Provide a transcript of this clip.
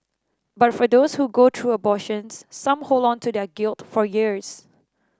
but for those who go through abortions some hold on to their guilt for years